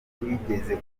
wigeze